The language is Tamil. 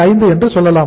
50 என்று சொல்லலாம்